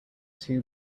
two